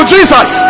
Jesus